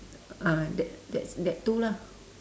ah that that that two lah